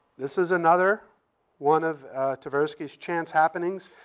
this is another one of tversky's chance happenings.